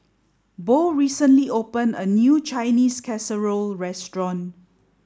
Beau recently opened a new Chinese Casserole Restaurant